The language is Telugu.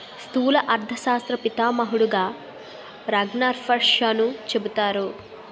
స్థూల అర్థశాస్త్ర పితామహుడుగా రగ్నార్ఫిషర్ను చెబుతారు